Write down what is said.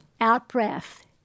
Out-breath